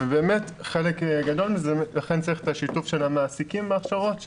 לכן צריך את השיתוף של המעסיקים בהכשרות,